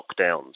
lockdowns